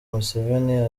museveni